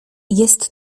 jest